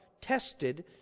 tested